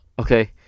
Okay